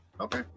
Okay